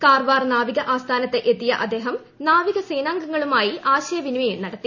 കാർവാർനാവിക ആസ്ഥാനത്ത് എത്തിയ അദ്ദേഹം നാവികസേനാംഗങ്ങളുമായി ആശയവിനിമയം നടത്തി